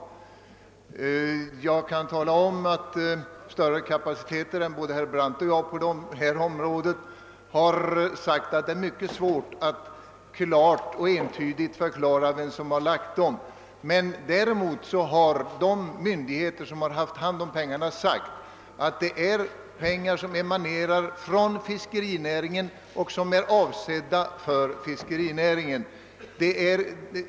Större kapaciteter på detta område än både herr Brandt och jag har uttalat att det är mycket svårt att klart och entydigt förklara vem som har gjort det, men de myndigheter som har hand om pengarna har sagt att de emanerar från fiskerinäringen och är avsedda för den näringen.